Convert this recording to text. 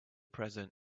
present